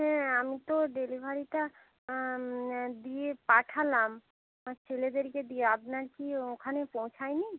হ্যাঁ আমি তো ডেলিভারিটা দিয়ে পাঠালাম ছেলেদেরকে দিয়ে আপনার কি ওখানে পৌঁছায় নি